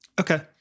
Okay